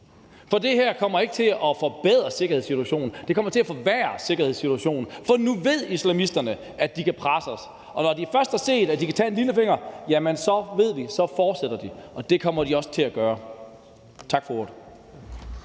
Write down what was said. for det her kommer ikke til at forbedre sikkerhedssituationen, det kommer til at forværre sikkerhedssituationen, for nu ved islamisterne, at de kan presse os, og når de først har set, at de kan tage en lillefinger, så ved vi, så fortsætter de, og det kommer de også til at gøre. Tak for ordet.